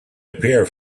appear